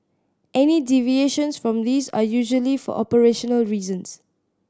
any deviations from these are usually for operational reasons